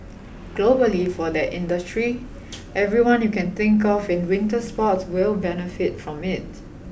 globally for that industry everyone you can think of in winter sports will benefit from it